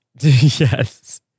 yes